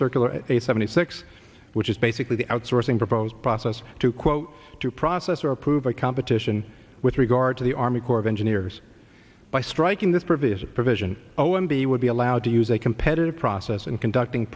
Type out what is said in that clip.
circular a seventy six which is basically the outsourcing proposed process to quote to process or approve a competition with regard to the army corps of engineers by striking this previous provision o m b would be allowed to use a competitive process in conducting